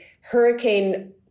hurricane